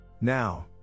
Now